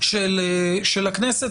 של הכנסת.